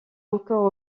encore